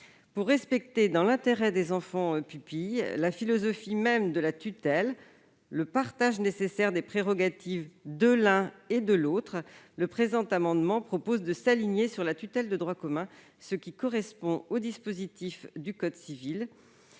Pour respecter, dans l'intérêt des enfants pupilles, la philosophie même de la tutelle, le partage nécessaire des prérogatives de l'un et de l'autre, le présent amendement tend à s'aligner sur la tutelle de droit commun, ce qui correspond au dispositif du code civil.